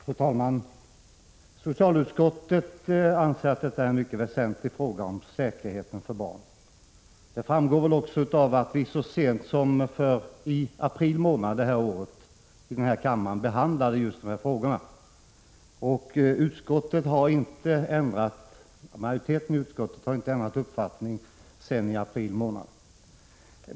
Fru talman! Socialutskottet anser att detta med säkerheten för barn är en mycket väsentlig fråga. Det framgår också av att vi så sent som i april i år här i kammaren behandlade just den frågan. Majoriteten i utskottet har inte ändrat uppfattning sedan dess.